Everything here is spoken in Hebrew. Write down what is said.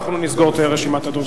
נסגור את רשימת הדוברים.